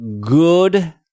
good